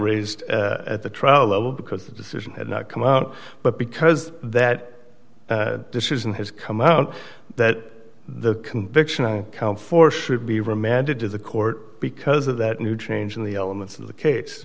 raised at the trial level because the decision had not come out but because that decision has come out that the conviction count for should be remanded to the court because of that new change in the elements of the case